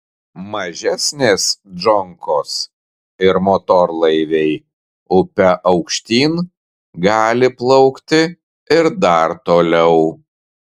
mažesnės džonkos ir motorlaiviai upe aukštyn gali plaukti ir dar toliau